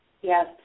Yes